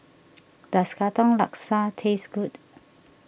does Katong Laksa taste good